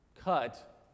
cut